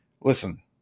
Listen